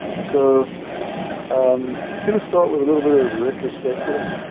so i'm going to start with a little bit of retrospective.